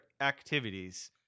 activities